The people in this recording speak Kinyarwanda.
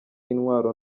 intwaro